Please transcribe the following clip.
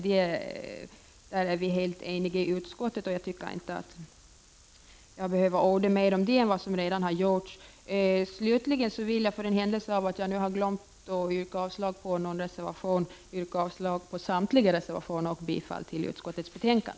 Om det är vi helt eniga i utskottet, och jag tycker inte att jag behöver orda mer om det än som redan har gjorts. Slutligen vill jag, för den händelse jag har glömt yrka avslag på någon reservation, yrka avslag på samtliga reservationer och bifall till utskottets hemställan.